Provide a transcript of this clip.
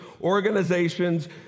organizations